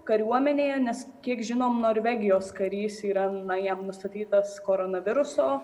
kariuomenėje nes kiek žinom norvegijos karys yra na jam nustatytas koronaviruso